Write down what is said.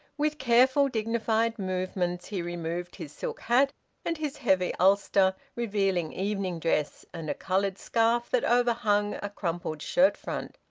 with careful, dignified movements, he removed his silk hat and his heavy ulster, revealing evening-dress, and a coloured scarf that overhung a crumpled shirt-front.